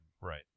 Right